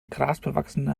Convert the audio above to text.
grasbewachsene